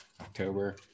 October